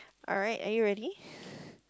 alright are you ready